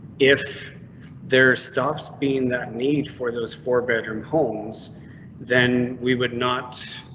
if there stops being that need for those four bedroom homes then we would not.